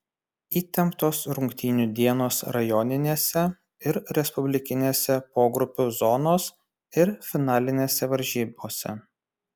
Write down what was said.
įtemptos rungtynių dienos rajoninėse ir respublikinėse pogrupių zonos ir finalinėse varžybose